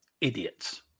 idiots